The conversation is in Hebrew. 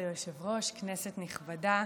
כבוד היושב-ראש, כנסת נכבדה,